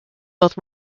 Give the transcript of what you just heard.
both